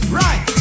right